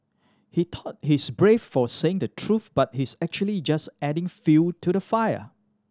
he thought he's brave for saying the truth but he's actually just adding fuel to the fire